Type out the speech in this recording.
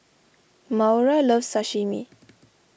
Maura loves Sashimi